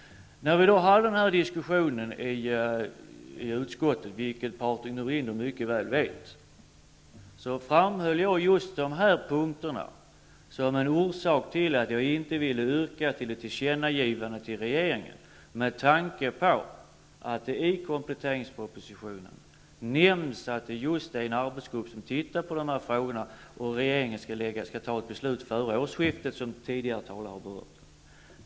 När vi diskuterade denna fråga i utskottet framhöll jag, vilket Patrik Norinder mycket väl vet, just dessa punkter som en orsak till att jag inte ville ansluta mig till ett yrkande om ett tillkännagivande till regeringen. Ett skäl härtill är också att det i kompletteringspropositionen nämns att en arbetsgrupp ser över dessa frågor och att regeringen ämnar fatta ett beslut om en proposition före årsskiftet, något som tidigare talare har framhållit.